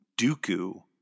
Dooku